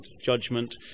judgment